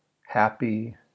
happy